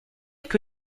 que